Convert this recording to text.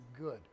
good